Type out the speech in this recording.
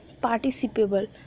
participable